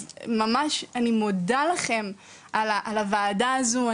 אז ממש אני מודה לכם על הוועדה הזו,